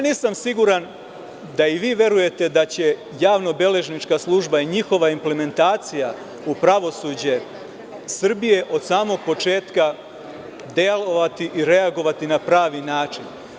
Nisam siguran da i vi verujete da će javno beležnička služba i njihova implementacija u pravosuđe Srbije od samog početka delovati i reagovati na pravi način.